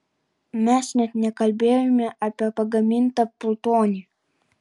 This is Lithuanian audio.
mes net nekalbėjome apie pagamintą plutonį